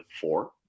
four